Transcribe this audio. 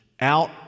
out